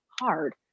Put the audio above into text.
hard